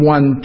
One